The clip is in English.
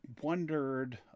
wondered